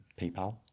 PayPal